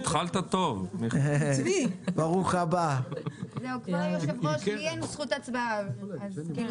כל החברים בעד, אין מתנגדים.